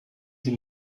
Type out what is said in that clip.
sie